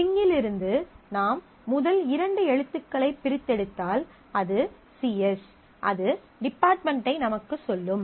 ஸ்ட்ரிங்கிலிருந்து நாம் முதல் இரண்டு எழுத்துக்களை பிரித்தெடுத்தால் அது சிஎஸ் அது டிபாட்மெண்டை நமக்குச் சொல்லும்